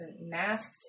Masked